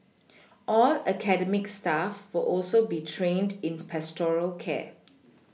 all academic staff will also be trained in pastoral care